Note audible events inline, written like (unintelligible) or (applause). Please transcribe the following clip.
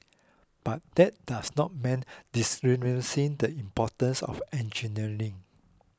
but that does not mean (unintelligible) the importance of engineering